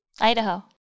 Idaho